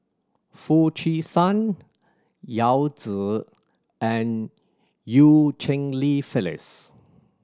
Foo Chee San Yao Zi and Eu Cheng Li Phyllis